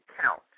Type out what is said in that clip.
count